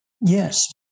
Yes